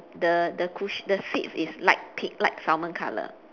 the the cush~ the seats is light pea~ light salmon color